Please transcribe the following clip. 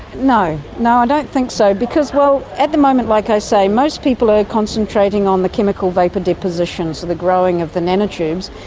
no, i don't think so because so at the moment, like i say, most people are concentrating on the chemical vapour deposition, so the growing of the nanotubes,